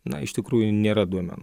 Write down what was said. na iš tikrųjų nėra duomenų